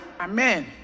amen